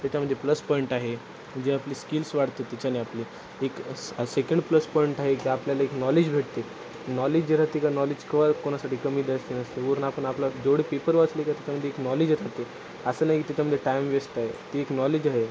त्याच्या म्हणजे plus point आहे जे आपली स्कील्स वाढतात त्याच्याने आपली एक स् सेकंड प्लस पॉईंट आहे की आपल्याला एक नॉलेज भेटते नॉलेज जे राहते का नॉलेज केव्हा कोणासाठी कमी द्यायसे नसते वरून आपण आपला जेवढे पेपर वासली का त्याच्यामध्ये एक नॉलेजच राहते असं नाही की त्याच्यामध्ये टाईम वेस्ट आहे ते एक नॉलेज आहे